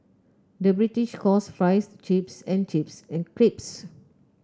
the British calls fries chips and chips and crisps